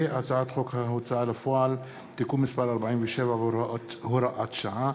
הצעת חוק ההוצאה לפועל (תיקון מס' 47 והוראת שעה)